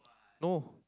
no